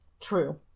True